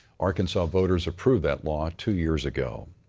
arkansas voters approved that law two years ago.